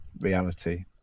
Reality